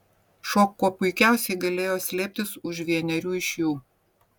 šuo kuo puikiausiai galėjo slėptis už vienerių iš jų